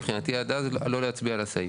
מבחינתי, עד אז, לא להצביע על הסעיף.